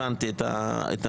הבנתי את המסגרת.